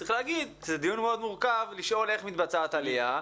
צריך לומר שזה דיון מאוד מורכב לשאול איך מתבצעת העלייה הזאת.